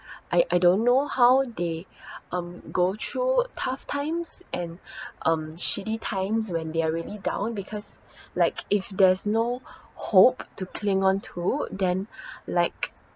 I I don't know how they um go through tough times and um shitty times when they are really down because like if there's no hope to cling on to then like